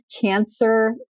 cancer